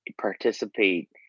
participate